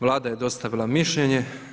Vlada je dostavila mišljenje.